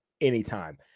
anytime